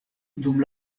dum